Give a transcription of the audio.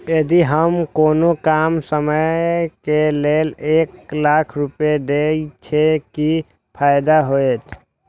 यदि हम कोनो कम समय के लेल एक लाख रुपए देब छै कि फायदा होयत?